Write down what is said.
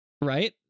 Right